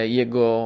jego